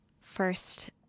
first